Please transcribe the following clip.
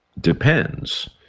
depends